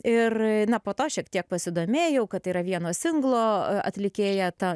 ir na po to šiek tiek pasidomėjau kad tai yra vieno singlo atlikėja ta